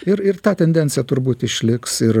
ir ir ta tendencija turbūt išliks ir